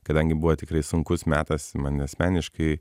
kadangi buvo tikrai sunkus metas man asmeniškai